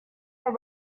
are